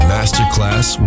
Masterclass